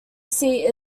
seat